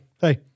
Hey